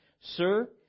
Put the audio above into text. sir